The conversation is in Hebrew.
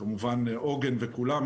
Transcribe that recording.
כמובן עוגן וכולם,